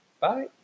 bye